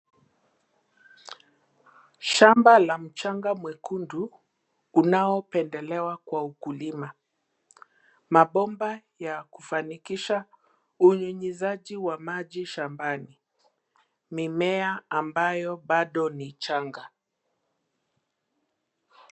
Shamba la mchanga mwekundu unaopendelewa kwa ukulima. Mabomba ya kufanikisha unyunyuziaji wa maji shambani. Mimea ambayo bado ni changa.